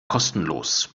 kostenlos